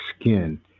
skin